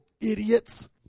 idiots